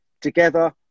together